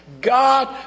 God